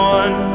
one